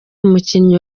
umukinnyi